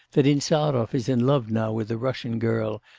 that insarov is in love now with a russian girl,